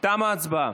תמה ההצבעה.